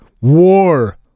war